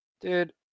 Dude